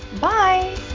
Bye